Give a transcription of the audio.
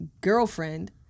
girlfriend